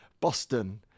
Boston